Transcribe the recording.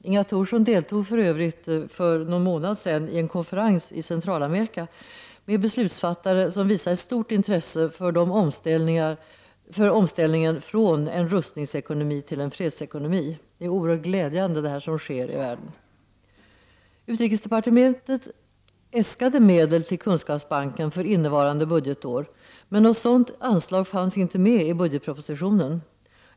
Inga Thorsson deltog för övrigt för någon månad sedan i en konferens i Centralamerika med beslutsfattare som visade ett stort intresse för omställningen från en rustningsekonomi till en fredsekonomi. Det som nu sker i världen är oerhört glädjande. Utrikesdepartementet äskade medel till kunskapsbanken för innevarande budgetår, men något sådant anslag fanns inte med i budgetpropositionen.